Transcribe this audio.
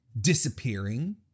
disappearing